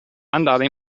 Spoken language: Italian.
andare